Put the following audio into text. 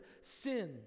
sin